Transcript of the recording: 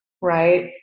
right